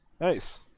Nice